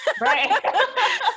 Right